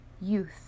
youth